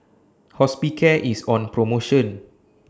Hospicare IS on promotion